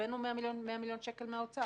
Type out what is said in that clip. הבאנו 100 מיליון שקל מהאוצר.